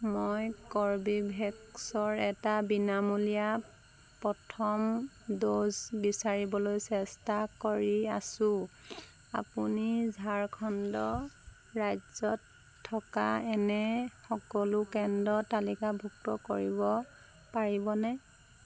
মই কৰ্বীভেক্সৰ এটা বিনামূলীয়া প্ৰথম ড'জ বিচাৰিবলৈ চেষ্টা কৰি আছোঁ আপুনি ঝাৰখণ্ড ৰাজ্যত থকা এনে সকলো কেন্দ্ৰ তালিকাভুক্ত কৰিব পাৰিবনে